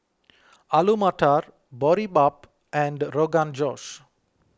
Alu Matar Boribap and Rogan Josh